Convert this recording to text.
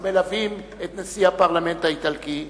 המלווים את נשיא הפרלמנט האיטלקי,